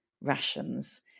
rations